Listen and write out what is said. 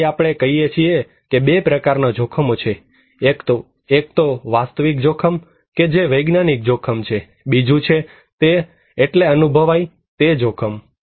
તેથી આપણે કહીએ છીએ કે બે પ્રકારના જોખમો છે એક વાસ્તવિક જોખમ કે જે વૈજ્ઞાનિક જોખમ છેબીજું જે છે તે એટલે અનુભવાય તેવું જોખમ